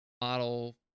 model